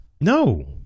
No